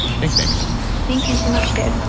thanks amy thank you so much dave